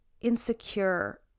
insecure